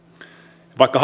vaikka